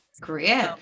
Great